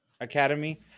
Academy